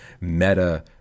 meta